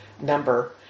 number